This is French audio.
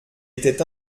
était